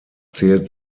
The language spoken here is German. zählt